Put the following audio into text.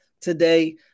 today